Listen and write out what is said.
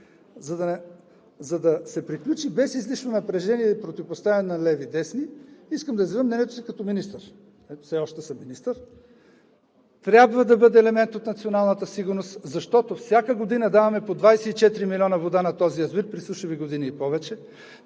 За да се приключи без излишно напрежение и противопоставяне на леви и десни, искам да изразя мнението си като министър – ето сега все още съм министър, трябва да бъде елемент от националната сигурност, защото всяка година даваме по 24 милиона вода на този язовир – при сушави години и повече.